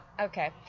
Okay